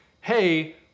hey